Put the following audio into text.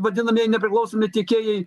vadinamieji nepriklausomi tiekėjai